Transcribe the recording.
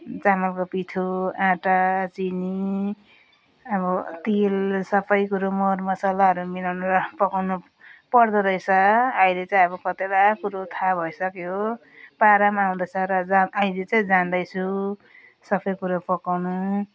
चामलको पिठो आटा चिनी अब तेल सबै कुरो मरमसलाहरू मिलाउनु र पकाउनु पर्दोरहेछ अहिले चाहिँ अब कतिवटा कुरा थाहा भइसक्यो पारामा आउँदैछ र अहिले चाहिँ जान्दैछु सबै कुरो पकाउनु